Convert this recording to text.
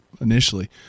initially